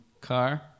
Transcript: car